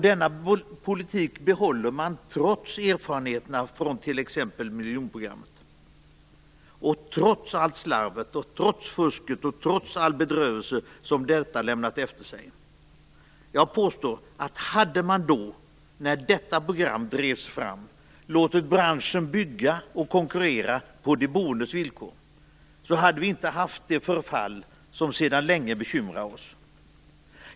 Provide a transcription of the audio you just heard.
Denna politik behåller man trots erfarenheterna av t.ex. miljonprogrammet och trots allt det slarv, det fusk och den bedrövelse som detta har lämnat efter sig. Jag påstår att hade man när detta program drevs fram låtit branschen bygga och konkurrera på de boendes villkor, hade vi inte haft det förfall som sedan länge bekymrar oss.